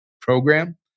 program